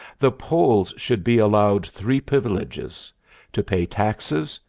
the poles should be allowed. three privileges to pay taxes,